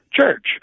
church